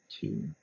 two